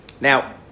Now